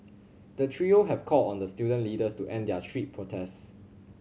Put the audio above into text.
the trio have called on the student leaders to end their street protests